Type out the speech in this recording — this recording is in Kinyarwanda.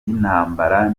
by’intambara